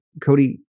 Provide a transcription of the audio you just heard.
Cody